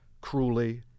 cruelly